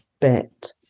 bit